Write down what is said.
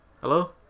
Hello